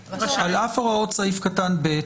"על אף הוראות סעיף קטן (א),